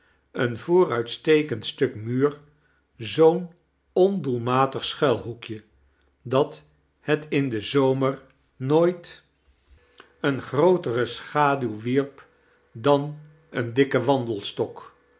een vooruitstekend stuk muur zoo'n ondoelmatig sciniilhoekje dat het in den zomer nooit eene grootere schaduw wierp dan een dikke wandelstok